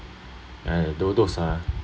ah those those are